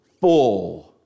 Full